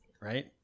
right